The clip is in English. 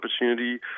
opportunity